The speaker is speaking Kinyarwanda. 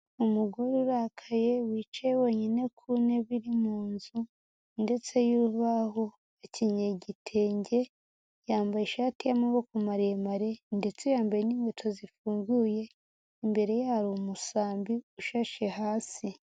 Umugore urakaye wicaye wenyine ku ntebe iri mu nzu ndetse y'urubaho, akenye igitenge yambaye ishati y'amaboko maremare ndetse yambaye n'inkweto zifunguye. Imbere ye hari umusambi ushashe hasi.